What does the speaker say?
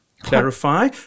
clarify